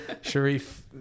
Sharif